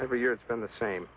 every year it's been the same